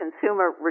consumer